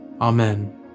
Amen